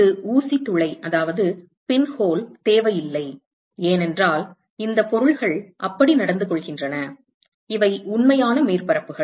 ஒரு ஊசி துளை பின்ஹோல் தேவையில்லை ஏனென்றால் இந்த பொருள்கள் அப்படி நடந்துகொள்கின்றன இவை உண்மையான மேற்பரப்புகள்